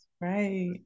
Right